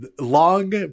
long